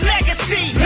Legacy